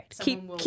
Keep